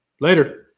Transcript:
later